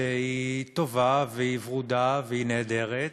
שהיא טובה והיא ורודה והיא נהדרת.